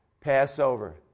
Passover